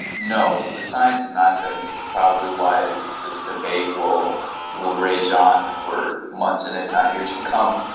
no, so the science is not set, and this is probably why this debate will will rage on for months and if not years to come.